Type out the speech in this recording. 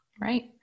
Right